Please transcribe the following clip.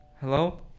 Hello